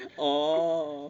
oh